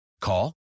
Call